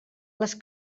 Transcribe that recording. les